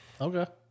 Okay